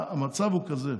המצב הוא כזה: